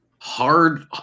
hard